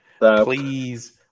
Please